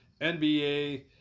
NBA